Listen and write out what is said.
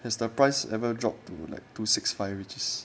has the price ever drop to like two six five which is